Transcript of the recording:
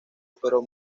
pero